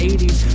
80s